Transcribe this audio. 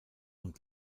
und